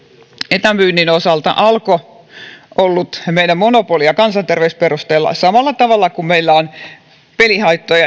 etämyynnin osalta alko ollut monopoli kansanterveysperusteella samalla tavalla kuin meillä on pelihaittojen